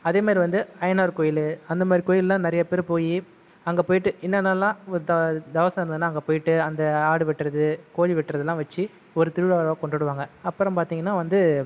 அதே மாதிரி வந்து அய்யனார் கோயில் அந்த மாதிரி கோவிலெல்லாம் நிறையா பேர் போய் அங்கே போய்விட்டு என்னனெல்லாம் திவசம் இருந்துதுன்னால் அங்கே போய்விட்டு அந்த ஆடு வெட்டுகிறது கோழி வெட்டுகிறதுல்லாம் வச்சு ஒரு திருவிழாவாக கொண்டாடுவாங்க அப்புறம் பார்த்தீங்கன்னா வந்து